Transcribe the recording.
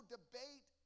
debate